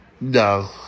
No